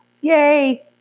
Yay